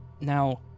Now